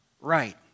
right